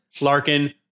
Larkin